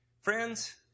Friends